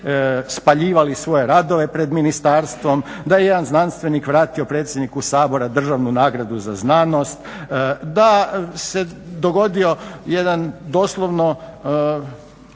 spaljivali svoje radove pred ministarstvom, da je jedan znanstvenik vratio predsjedniku Sabora Državnu nagradu za znanost, da se dogodio jedan doslovno